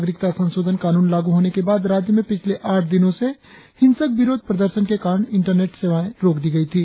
नागरिकता संशोधन कानून लागू होने के बाद राज्य में पिछले आठ दिनों से हिंसक विरोध प्रदर्शन के कारण इंटरनेंट सेवाएं रोक दी गई थी